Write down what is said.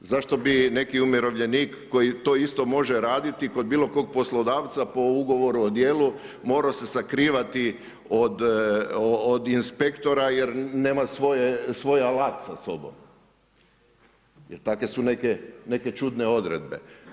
Zašto bi neki umirovljenik, koji to isto može raditi kod bilo kog poslodavca po Ugovoru o djelu morao se sakrivati od inspektora jer nema svoj alat sa sobom, jer takve su neke čudne odredbe.